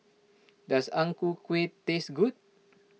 does Ang Ku Kueh taste good